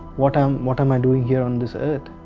what am what am i doing here on this earth?